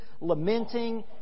lamenting